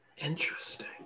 Interesting